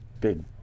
big